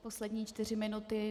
Poslední čtyři minuty.